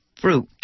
fruit